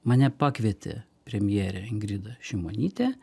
mane pakvietė premjerė ingrida šimonytė